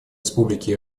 республики